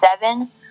Seven